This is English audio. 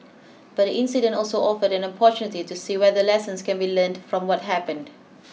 but the incident also offered an opportunity to see whether lessons can be learned from what happened